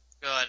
Good